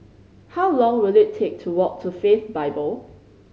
how long will it take to walk to Faith Bible